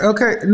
Okay